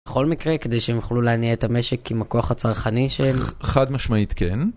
בכל מקרה כדי שהם יכולו להניע את המשק עם הכוח הצרכני של... חד משמעית, כן.